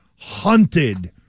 hunted